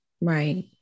Right